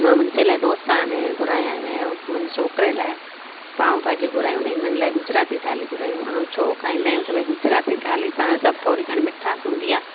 मां मुंहिंजे लाइ ढोसा ने घुरायाने मुंहिंजे छोकिरे लाइ पांव भाजी घुरायूं इन्हनि लाइ गुजराती थाली घुरायूं ऐं छो खाईंदा आहियूं त भई त गुजराती थाल्ही पाणि सभु थोरी घणी मिठासि हूंदी आहे